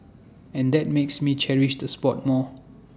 and that makes me cherish the spot more